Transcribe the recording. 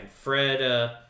Fred